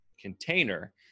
container